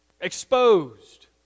Exposed